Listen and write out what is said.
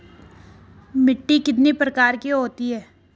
मिट्टी कितने प्रकार की होती है?